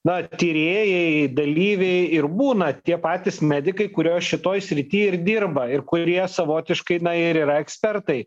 na tyrėjai dalyviai ir būna tie patys medikai kurio šitoj srity ir dirba ir kurie savotiškai na ir yra ekspertai